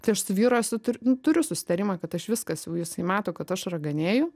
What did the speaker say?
tai aš su vyru esu tur nu turiu susitarimą kad aš viskas jau jisai mato kad aš raganėju